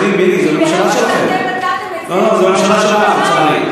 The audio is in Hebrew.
לא היתה כוונה, אבל זה מה שהרפורמה שלכם עשתה.